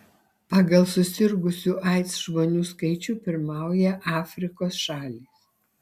pagal susirgusių aids žmonių skaičių pirmauja afrikos šalys